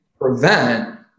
prevent